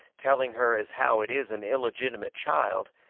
telling her as how it is an illegitimate child,